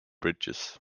bridges